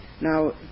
Now